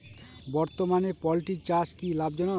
বর্তমানে পোলট্রি চাষ কি লাভজনক?